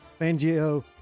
Fangio